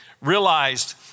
Realized